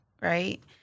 right